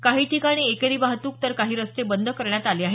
काही ठिकाणी एकेरी वाहतूक तर काही रस्ते बंद करण्यात आले आहेत